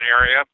area